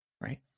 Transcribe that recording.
Right